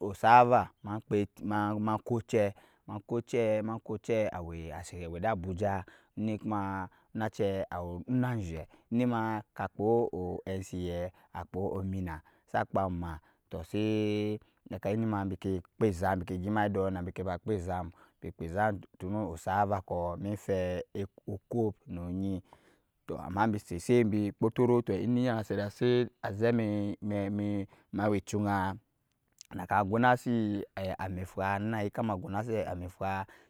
osava ma ma kɔɔ ocɛ ma kɔɔ ocɛ. a wɛ da abuja ne kuma onacɛ awɔɔ onzhɛ nima ka kpa once akpa ominna sa kpa ma tɔɔ sɛ biki ba kpa ezam bi kpa ezam tun osava kɔɔ nɛ fɛ kwɔɔp ne jɛ tɔɔ ama bi cɛsɛt embɛ kpɔtɔrɔɔ sɛt na awɛ chunga naka gɔmasi amɛfa,